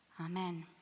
Amen